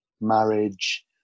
marriage